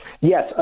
yes